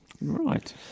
Right